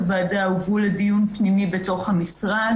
ישבנו,